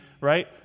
right